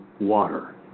water